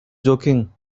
joking